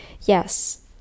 yes